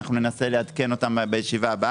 אנחנו ננסה לעדכן אותם בישיבה הבאה.